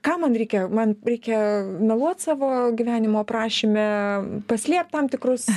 ką man reikia man reikia meluot savo gyvenimo aprašyme paslėpt tam tikrus